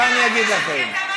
בואו ואני אגיד לכם.